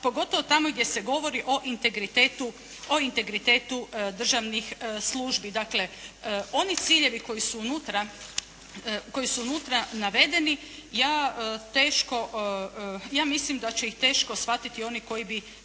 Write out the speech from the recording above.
pogotovo tamo gdje se govori o integritetu državnih službi. Dakle oni ciljevi koji su unutra navedeni, ja teško, ja mislim da će ih teško shvatiti oni koji bi